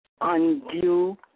undue